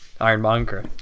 Ironmonger